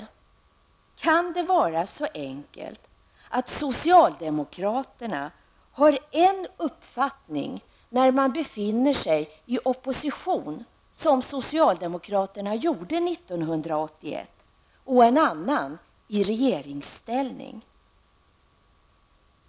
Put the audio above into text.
Kan det vara så enkelt att socialdemokraterna har en uppfattning när man befinner sig i opposition, som man gjorde 1981, och en annan i regeringsställning?